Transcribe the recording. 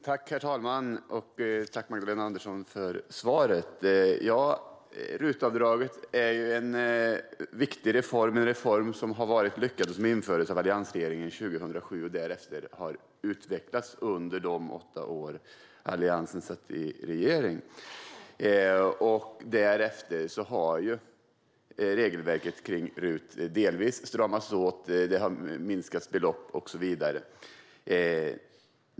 Herr talman! Tack, Magdalena Andersson, för svaret! RUT-avdraget är en viktig och lyckad reform som infördes av alliansregeringen 2007. Den har därefter utvecklats under de åtta år Alliansen satt i regeringen. Därefter har regelverket för RUT delvis stramats åt, belopp har minskats och så vidare.